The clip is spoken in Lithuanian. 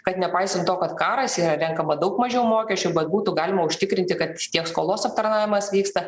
kad nepaisant to kad karas yra renkama daug mažiau mokesčių bet būtų galima užtikrinti kad tiek skolos aptarnavimas vyksta